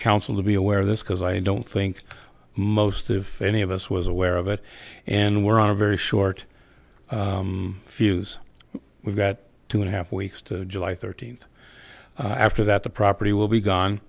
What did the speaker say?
council to be aware of this because i don't think most of any of us was aware of it and we're on a very short fuse we've got two and a half weeks to july thirteenth after that the property will be